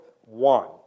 one